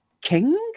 king